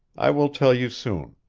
i will tell you soon.